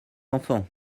enfants